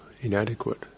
inadequate